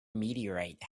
meteorite